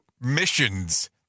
missions